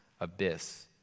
abyss